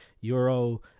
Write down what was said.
euro